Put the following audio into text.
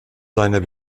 seiner